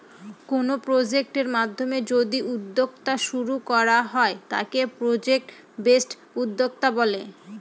কোনো প্রজেক্টের মাধ্যমে যদি উদ্যোক্তা শুরু করা হয় তাকে প্রজেক্ট বেসড উদ্যোক্তা বলে